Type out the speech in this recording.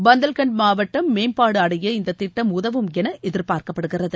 பந்தல்கண்ட் மாவட்டம் மேம்பாடு அடைய இந்தத் திட்டம் உதவும் என எதிர்பார்க்கப்படுகிறது